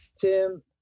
Tim